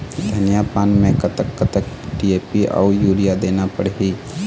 धनिया पान मे कतक कतक डी.ए.पी अऊ यूरिया देना पड़ही?